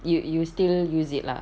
you you still use it lah